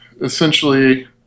essentially